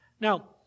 Now